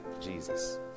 Jesus